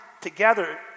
together